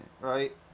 right